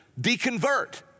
deconvert